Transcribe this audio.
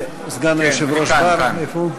סגן היושב-ראש בר, איפה הוא?